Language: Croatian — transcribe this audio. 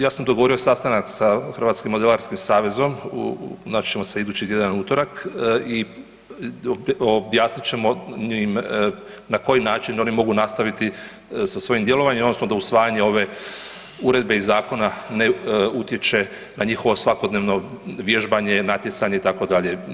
Ja sam dogovorio sastanak sa Hrvatskim modelarskim savezom, naći ćemo se idući tjedan, u utorak i objasnit ćemo im na koji način oni mogu nastaviti sa svojim djelovanjem odnosno do usvajanja ove uredbe i zakona ne utječe na njihovo svakodnevno vježbanje, natjecanje itd.